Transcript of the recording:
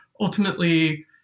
ultimately